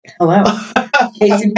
Hello